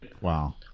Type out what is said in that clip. Wow